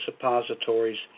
suppositories